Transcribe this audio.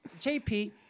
JP